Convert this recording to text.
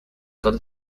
con